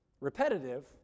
repetitive